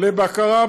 לבקרה,